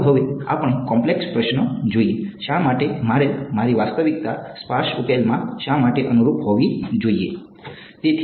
ચાલો હવે આપણે કોમ્પ્લેક્ષ પ્રશ્ન જોઈએ શા માટે મારે મારી વાસ્તવિકતા સ્પાર્સ ઉકેલમાં શા માટે અનુરૂપ હોવી જોઈએ